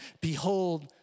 behold